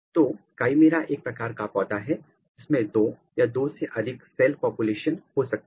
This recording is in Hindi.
तो काईमेरा एक प्रकार का पौधा होता है जिसमें दो या दो से अधिक सेल पापुलेशन हो सकती है